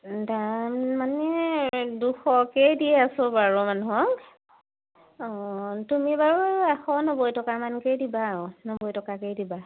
দাম মানে দুশকৈয়ে দি আছো বাৰু মানুহক অঁ তুমি বাৰু এশ নব্বৈ টকামানকৈয়ে দিবা আৰু নব্বৈ টকাকৈয়ে দিবা